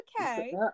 okay